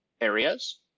areas